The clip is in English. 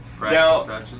now